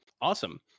awesome